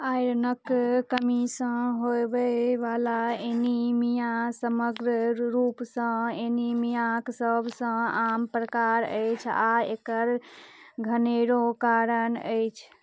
आयरनक कमीसँ होबय वला एनीमिया समग्र रूपसँ एनीमियाक सबसँ आम प्रकार अछि आ एकर घनेरो कारण अछि